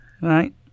Right